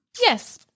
Yes